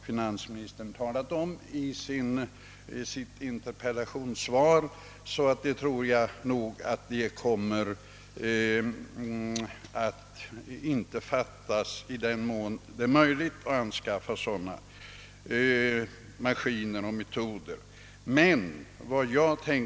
Finansministern talade om detta i sitt interpellationssvar och jag tror att vad som är möjligt att göra i detta avseende också kommer att göras.